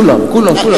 כולם, כולם.